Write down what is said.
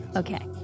okay